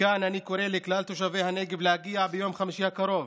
מכאן אני קורא לכלל תושבי הנגב להגיע ביום חמישי הקרוב,